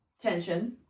tension